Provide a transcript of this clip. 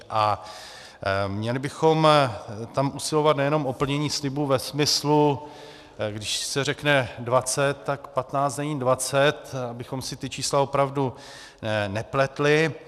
A měli bychom tam usilovat nejenom o plnění slibů ve smyslu, když se řekne dvacet, tak patnáct není dvacet, abychom si ta čísla opravdu nepletli.